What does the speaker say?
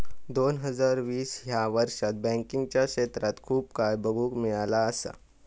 दोन हजार वीस ह्या वर्षात बँकिंगच्या क्षेत्रात खूप काय बघुक मिळाला असा